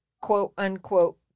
quote-unquote